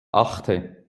achte